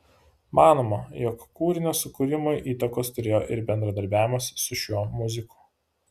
manoma jog kūrinio sukūrimui įtakos turėjo ir bendravimas su šiuo muziku